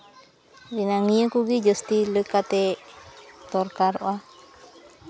ᱱᱤᱭᱟᱹ ᱠᱚᱜᱮ ᱡᱟᱹᱥᱛᱤ ᱞᱮᱠᱟᱛᱮ ᱫᱚᱨᱠᱟᱨᱚᱜᱼᱟ